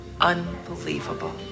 unbelievable